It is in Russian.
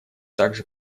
также